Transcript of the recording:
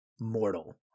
mortal